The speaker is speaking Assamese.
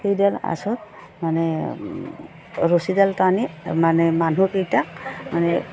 সেইডাল আচত মানে ৰছীডাল টানি মানে মানুহ কেইটাক মানে